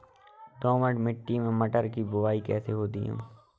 दोमट मिट्टी में मटर की बुवाई कैसे होती है?